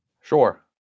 Sure